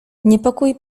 niepokój